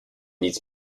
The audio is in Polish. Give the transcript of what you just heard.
nic